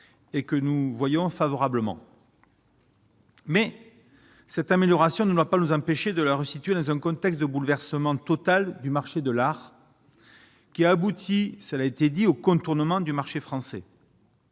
et que nous voyons favorablement. Mais cette amélioration ne doit pas nous empêcher de le resituer dans un contexte de bouleversement total du marché de l'art qui a abouti, ça l'a été dit au contournement du marché français.